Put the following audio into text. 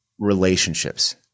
relationships